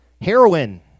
Heroin